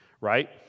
Right